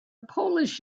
polish